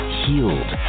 healed